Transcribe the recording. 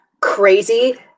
crazy